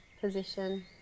position